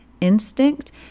instinct